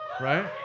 right